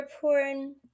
porn